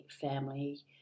family